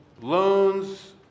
loans